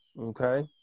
okay